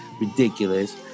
ridiculous